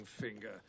finger